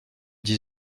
dix